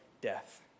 death